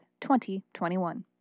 2021